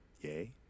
Yay